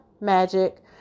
magic